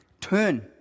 Turn